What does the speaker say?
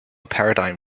paradigm